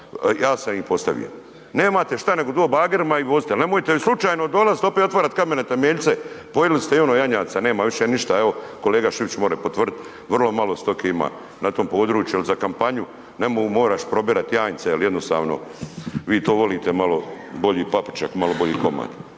ja sam ih postavio. nemate šta nego to bagerima i vozite ali nemojte slučajno dolaziti opet i otvarati kamene temeljce, pojeli ste i ono janjaca, nema više ništa, evo kolega .../Govornik se ne razumije./... može potvrditi, vrlo malo stoke ima na tom području jer za kampanju moraš probirati janjce jer jednostavno vi to volite malo bolji .../Govornik